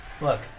Look